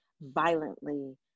violently